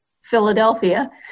Philadelphia